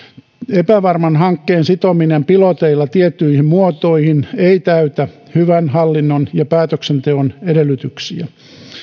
epävarman hankkeen sitominen piloteilla tiettyihin muotoihin ei täytä hyvän hallinnon ja päätöksenteon edellytyksiä